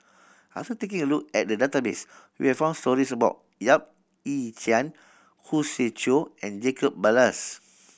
after taking a look at the database we are found stories about Yap Ee Chian Khoo Swee Chiow and Jacob Ballas